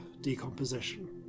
decomposition